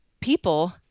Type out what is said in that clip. people